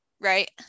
Right